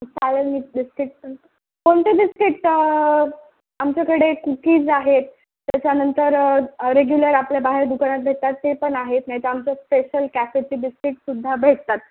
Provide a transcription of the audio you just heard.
चालेल मग बिस्किट कोणतं कोणते बिस्किट आमच्याकडे कुकीज आहेत त्याच्यानंतर रेग्युलर आपल्या बाहेर दुकानात भेटतात ते पण आहेत नाहीतर आमचं स्पेशल कॅफेचे बिस्किटसुद्धा भेटतात